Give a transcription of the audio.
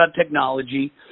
technology